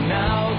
now